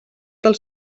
del